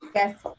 yes.